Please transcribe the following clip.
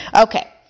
okay